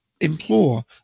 implore